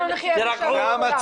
תירגעו.